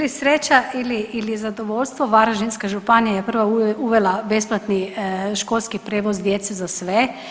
Ili sreća ili zadovoljstvo Varaždinska županija je prva uvela besplatni školski prijevoz djece za sve.